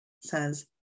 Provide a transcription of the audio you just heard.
says